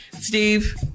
Steve